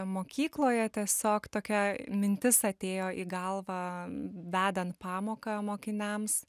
mokykloje tiesiog tokia mintis atėjo į galvą vedant pamoką mokiniams